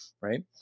Right